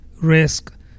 risk